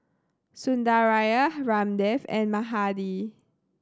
Sundaraiah Ramdev and Mahade